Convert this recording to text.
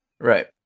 Right